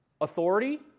authority